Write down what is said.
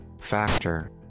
Factor